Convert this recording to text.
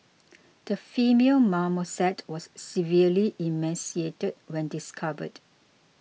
the female marmoset was severely emaciated when discovered